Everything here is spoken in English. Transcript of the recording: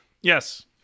Yes